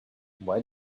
why